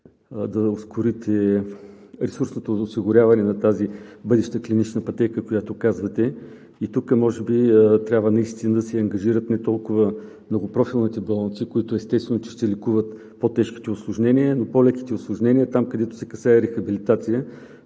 да ускорите ресурсното осигуряване на тази бъдеща клинична пътека, която казвате. Тук може би трябва наистина да се ангажират при толкова – многопрофилните болници, които естествено, че ще лекуват по-тежките усложнения, но по-леките усложнения там, където се касае рехабилитация,